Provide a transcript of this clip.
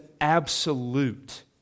absolute